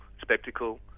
spectacle